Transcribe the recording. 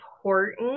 important